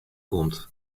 komt